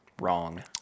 wrong